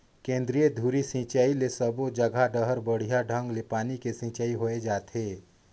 केंद्रीय धुरी सिंचई ले सबो जघा डहर बड़िया ढंग ले पानी के सिंचाई होय जाथे